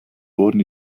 wurden